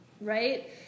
right